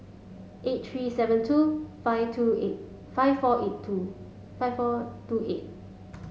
eight three seven two five two eight five four eight two five four two eight